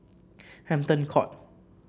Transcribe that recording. Hampton Court